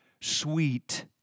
sweet